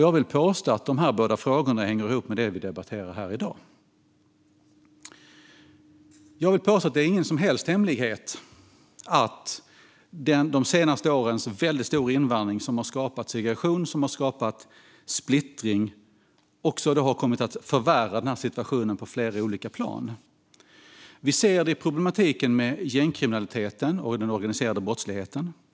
Jag vill påstå att dessa båda frågor hänger ihop med det vi debatterar här i dag. Jag vill påstå att det inte är någon som helst hemlighet att de senaste årens väldigt stora invandring, som har skapat segregation och som har skapat splittring, har kommit att förvärra situationen på flera olika plan. Vi ser det i problematiken med gängkriminaliteten och den organiserade brottsligheten.